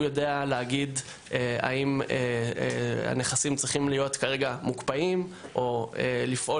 הוא יודע להגיד האם הנכסים צריכים להיות כרגע מוקפאים או לפעול